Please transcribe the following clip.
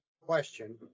question